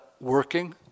working